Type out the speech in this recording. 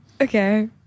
Okay